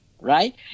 right